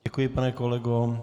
Děkuji, pane kolego.